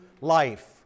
life